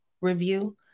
review